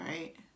right